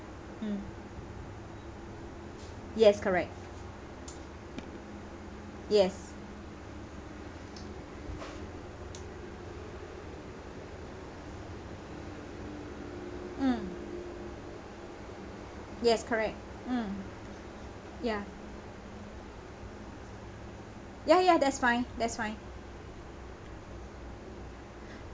mm yes correct yes mm yes correct mm ya ya ya that's fine that's fine